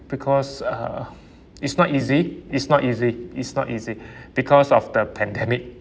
because uh it's not easy it's not easy it's not easy because of the pandemic